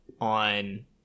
on